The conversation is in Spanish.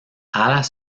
alas